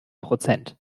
prozent